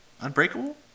unbreakable